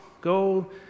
go